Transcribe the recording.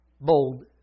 bold